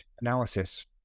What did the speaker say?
analysis